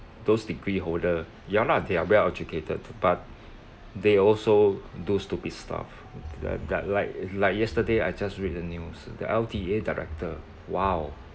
those degree holder you all know they are well educated but they also do stupid stuff mm that like like yesterday I just read the news the L_T_A director !wow!